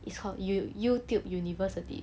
it's called you youtube university